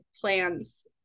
plans